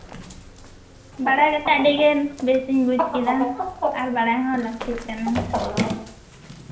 ᱵᱟᱲᱟᱭ ᱠᱟᱛᱮᱫ ᱟᱹᱰᱤᱜᱮ ᱵᱮᱥ ᱤᱧ ᱵᱩᱡᱽ ᱠᱮᱫᱟ ᱟᱨ ᱵᱟᱲᱟᱭ ᱦᱚᱸ ᱞᱟᱹᱠᱛᱤᱜ ᱠᱟᱱᱟ